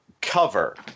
cover